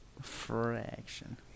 fraction